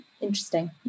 interesting